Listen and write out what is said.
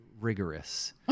rigorous